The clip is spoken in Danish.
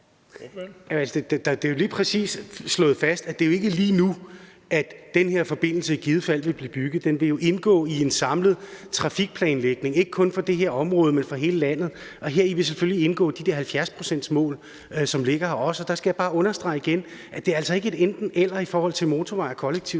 Det er jo lige præcis slået fast, at det ikke er lige nu, at den her forbindelse i givet fald vil blive bygget. Den vil jo indgå i en samlet trafikplanlægning, ikke kun for det her område, men for hele landet, og heri vil selvfølgelig indgå det 70-procentsmål, som også ligger her. Der skal jeg bare understrege igen, at det altså ikke er et enten-eller i forhold til motorvej og kollektiv